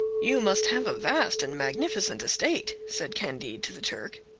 you must have a vast and magnificent estate, said candide to the turk.